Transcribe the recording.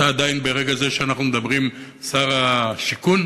אתה עדיין, ברגע זה שאנחנו מדברים, שר השיכון?